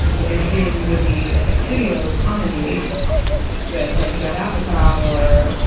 when you're shooting a movie, like a studio comedy with, like, judd apatow or,